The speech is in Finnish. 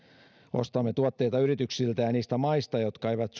ostamme tuotteita yrityksiltä ja niistä maista jotka eivät